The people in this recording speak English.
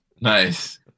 Nice